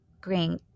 green